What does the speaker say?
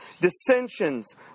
dissensions